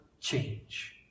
Change